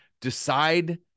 decide